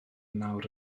nawr